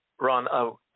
Ron